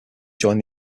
join